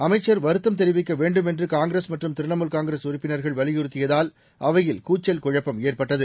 அமைச்சர் வருத்தம் தெரிவிக்க வேண்டும் என்று காங்கிரஸ் மற்றும் திரணாமுல் காங்கிரஸ் உறுப்பினர்கள் வலியுறுத்தியதால் அவையில் கூச்சல் குழப்பம் ஏற்பட்டது